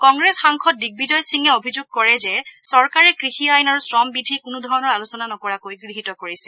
কংগ্ৰেছ সাংসদ দ্বিগবিজয় সিঙে অভিযোগ কৰে যে চৰকাৰে কৃষি আইন আৰু শ্ৰম বিধি কোনোধৰণৰ আলোচনা নকৰাকৈ গৃহীত কৰিছে